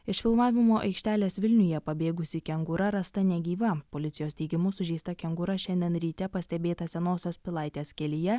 iš filmavimo aikštelės vilniuje pabėgusi kengūra rasta negyva policijos teigimu sužeista kengūra šiandien ryte pastebėta senosios pilaitės kelyje